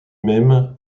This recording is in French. même